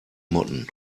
motten